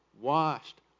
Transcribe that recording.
washed